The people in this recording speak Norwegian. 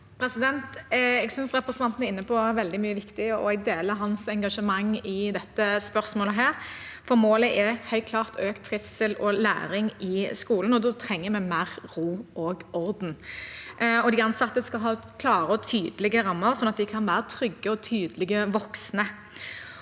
Jeg synes representanten er inne på veldig mye viktig, og jeg deler hans engasjement i dette spørsmålet. Målet er helt klart økt trivsel og læring i skolen, og da trenger vi mer ro og orden. De ansatte skal ha klare og tydelige rammer, sånn at de kan være trygge og tydelige voksne.